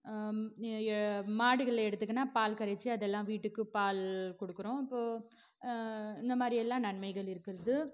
மாடுகள் எடுத்துக்கின பால் கறச்சு அதெல்லாம் வீட்டுக்கு பால் கொடுக்குறோம் இப்போது இந்த மாதிரி எல்லாம் நன்மைகள் இருக்கிறது